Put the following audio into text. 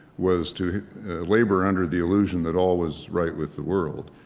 was to labor under the illusion that all was right with the world.